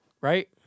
right